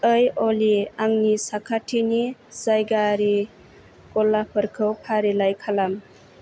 ओइ अलि आंनि साखाथिनि जायगायारि गलाफोरखौ फारिलाइ खालाम